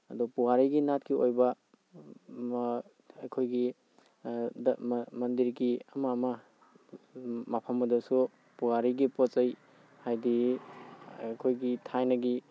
ꯑꯗꯣ ꯄꯨꯋꯥꯔꯤꯒꯤ ꯅꯥꯠꯀꯤ ꯑꯣꯏꯕ ꯑꯩꯈꯣꯏꯒꯤ ꯃꯟꯗꯤꯔꯒꯤ ꯑꯃ ꯑꯃ ꯃꯐꯝ ꯑꯗꯨꯁꯨ ꯄꯨꯋꯥꯔꯤꯒꯤ ꯄꯣꯠ ꯆꯩ ꯍꯥꯏꯗꯤ ꯑꯩꯈꯣꯏꯒꯤ ꯊꯥꯏꯅꯒꯤ